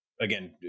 again